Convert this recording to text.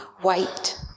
white